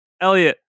Elliot